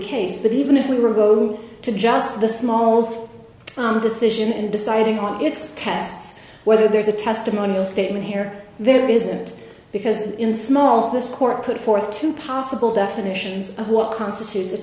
case but even if we were going to just the smalls decision and deciding on its tests whether there's a testimonial statement here there isn't because in small this court put forth two possible definitions of what constitutes a